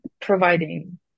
providing